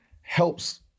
helps